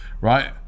right